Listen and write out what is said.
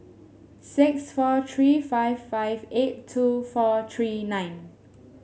six four three five five eight two four three nine